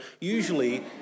usually